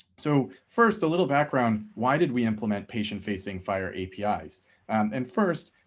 so first a little background. why did we implement patient facing fire api's and first,